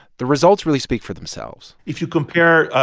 the results really speak for themselves if you compare,